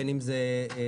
בין אם זה במזון,